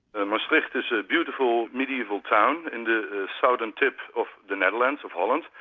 and maastricht is a beautiful mediaeval town in the southern tip of the netherlands, of holland,